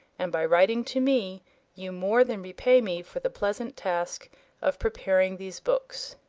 and by writing to me you more than repay me for the pleasant task of preparing these books.